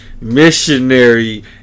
missionary